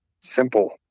simple